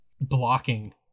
blocking